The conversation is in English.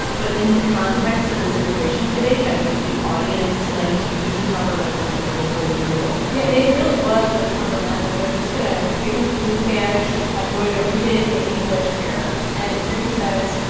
but in the context of this immigration debate, i think the audience tonight to use a tougher message there was really notable yeah. and it really was a tougher message i'm just going to because it's in spanish, i'm going to read it in english here. and here he says,